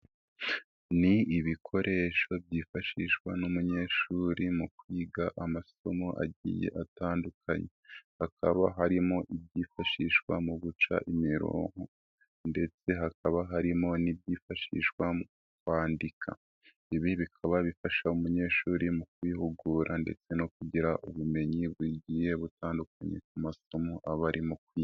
Ni ibikoresho byifashishwa n'umunyeshuri mu kwiga amasomo agiye atandukanye, hakaba harimo ibyifashishwa mu guca imirongo ndetse hakaba harimo n'ibyifashishwa mu kwandika, ibi bikaba bifasha umunyeshuri mu kwihugura ndetse no kugira ubumenyi bugiye butandukanye ku masomo abarimo kwiga.